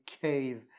cave